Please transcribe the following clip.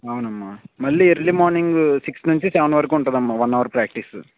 అవును అమ్మా మళ్ళీ ఎర్లీ మార్నింగ్ సిక్స్ నుంచి సెవెన్ వరకు ఉంటుంది అమ్మా వన్ అవర్ ప్రాక్టీస్